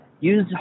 use